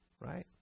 right